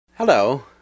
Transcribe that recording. Hello